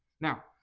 Now